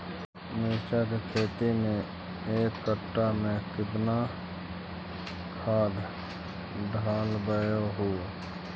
मिरचा के खेती मे एक कटा मे कितना खाद ढालबय हू?